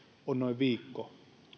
on noin viikko